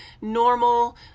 normal